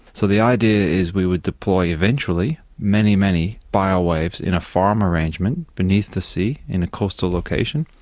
so the idea is we would deploy eventually many, many biowaves in a farm arrangement beneath the sea in a coastal location,